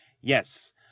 Yes